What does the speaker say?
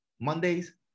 Mondays